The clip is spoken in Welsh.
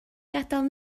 gadael